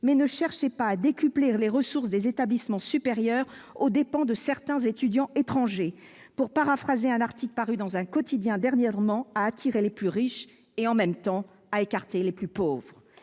Mais ne cherchez pas à décupler les ressources des établissements supérieurs aux dépens de certains étudiants étrangers, ou- pour paraphraser un article paru dernièrement dans un quotidien -à « attirer les plus riches et, en même temps, à écarter les plus pauvres